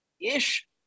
ish